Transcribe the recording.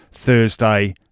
Thursday